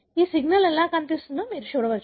ఈ సిగ్నల్ ఎలా కనిపిస్తుందో మీరు చూడవచ్చు